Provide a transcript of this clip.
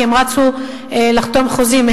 כי הם רצו לחתום על חוזים,